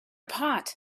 pot